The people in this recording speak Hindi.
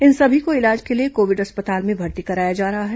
इन सभी को इलाज के लिए कोविड अस्पताल में भर्ती कराया जा रहा है